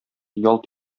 ялт